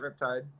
Riptide